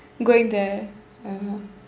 going there (uh huh)